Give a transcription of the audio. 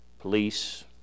police